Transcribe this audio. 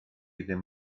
ddim